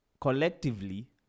Collectively